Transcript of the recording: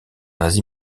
asie